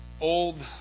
old